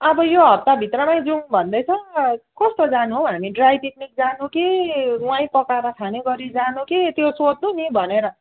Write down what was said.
अब यो हप्ताभित्रमै जाउँ भन्दैछ कस्तो जानु हौ हामी ड्राई पिकनिक जानु कि उहीँ पकाएर खाने गरी जानु कि त्यो सोध्नु नि भनेर